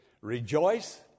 rejoice